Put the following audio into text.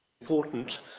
important